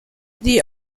the